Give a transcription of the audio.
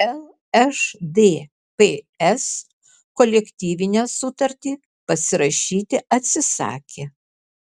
lšdps kolektyvinę sutartį pasirašyti atsisakė